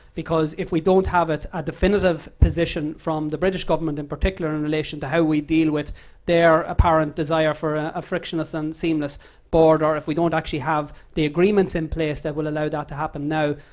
because if we don't have a definitive position from the british government, in particular, in relation to how we deal with their apparent desire for ah a frictionless and seamless border. if we don't actually have the agreements in place that will allow that to happen now.